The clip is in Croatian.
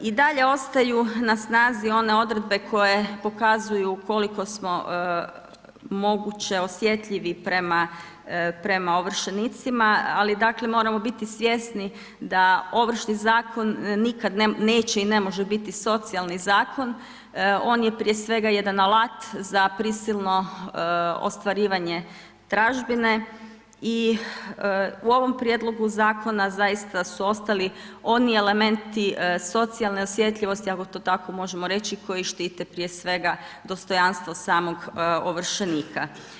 I dalje ostaju na snazi one odredbe koje pokazuju koliko smo moguće osjetljivi prema ovršenicima ali dakle moramo biti svjesni da Ovršni zakon nikad neće i ne može biti socijalni zakon, on je prije svega jedan alat za prisilno ostvarivanje tražbine i u ovom prijedlogu zakona zaista su ostali oni elementi socijalne osjetljivosti ako to tako možemo reći koji štite prije svega dostojanstvo samog ovršenika.